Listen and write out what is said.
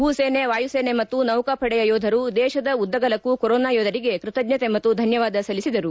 ಭೂಸೇನೆ ವಾಯುಸೇನೆ ಮತ್ತು ನೌಕಾಪಡೆಯ ಯೋಧರು ದೇಶದ ಉದ್ದಗಲಕ್ಕೂ ಕೊರೋನಾ ಯೋಧರಿಗೆ ಕೃತಜ್ಞತೆ ಮತ್ತು ಧನ್ಕವಾದ ಸಲ್ಲಿಸಿದರು